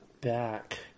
back